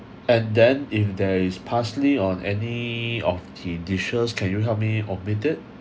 and then if there is parsley on any of the dishes can you help me omit it